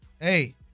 hey